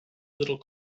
little